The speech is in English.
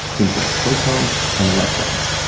things like photons and electrons.